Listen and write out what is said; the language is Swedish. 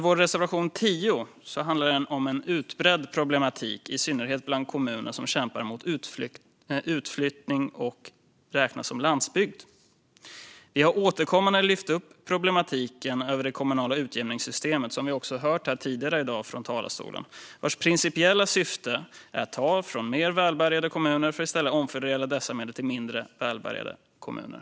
Vår reservation 10 handlar om en utbredd problematik, i synnerhet bland kommuner som kämpar mot utflyttning och räknas som landsbygd. Vi har återkommande lyft upp problematiken med det kommunala utjämningssystemet, som vi hört om här tidigare i dag. Dess principiella syfte är att ta från mer välbärgade kommuner och omfördela dessa medel till mindre välbärgade kommuner.